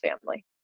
family